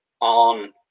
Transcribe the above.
on